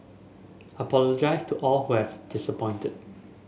apologise to all who have disappointed